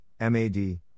MAD